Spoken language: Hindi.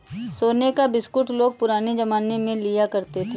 सोने का बिस्कुट लोग पुराने जमाने में लिया करते थे